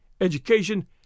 education